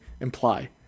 imply